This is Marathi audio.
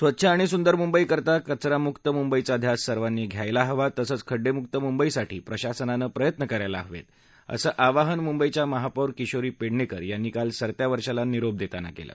स्वच्छ आणि सुंदर मुंबईकरता कवरामुक मुंबईचा ध्यास सर्वांनी घ्यायला हवा तसंच खड्डेमुक्त मुंबईसाठी प्रशासनानं प्रयत्न करायला हवेत असं आवाहन मुंबईच्या महापौर किशोरी पेडणेकर यांनी काल सरत्या वर्षाला निरोप देताना केलं